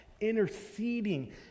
interceding